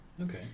Okay